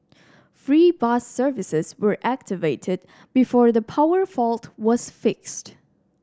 free bus services were activated before the power fault was fixed